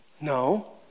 No